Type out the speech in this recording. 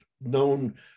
known